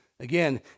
Again